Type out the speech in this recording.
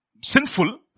sinful